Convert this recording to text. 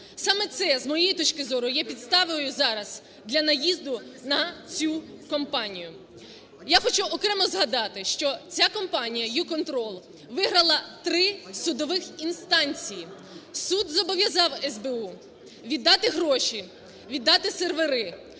Саме це, з моєї точки зору, є підставою зараз для наїзду на цю компанію. Я хочу окремо згадати, що ця компаніяYouControlвиграла три судових інстанції. Суд зобов'язав СБУ віддати гроші, віддати сервери,